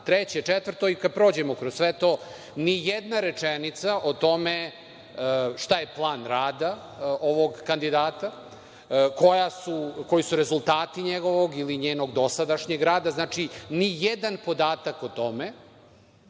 treće, četvrto i kad prođemo kroz sve to, nijedna rečenica o tome šta je plan rada ovog kandidata, koji su rezultati njegovog ili njenog dosadašnjeg rada. Znači, nijedan podatak o tome